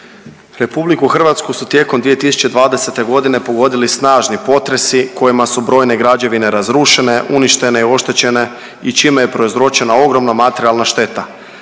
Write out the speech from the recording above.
temu. RH su tijekom 2020. godine pogodili snažni potresi kojima su brojne građevine razrušene, uništene i oštećene i čime je prouzročena ogromna materijalna šteta